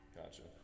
Gotcha